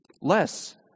Less